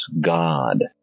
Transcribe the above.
God